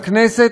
לכנסת,